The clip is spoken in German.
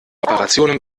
operationen